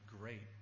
great